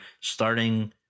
starting